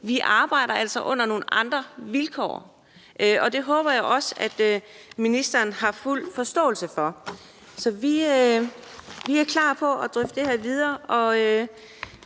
arbejder under nogle andre vilkår. Det håber jeg også ministeren har fuld forståelse for. Så vi er klar til at drøfte det her videre,